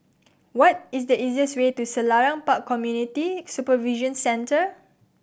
what is the easiest way to Selarang Park Community Supervision Centre